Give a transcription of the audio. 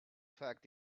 fact